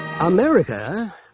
America